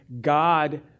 God